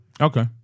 Okay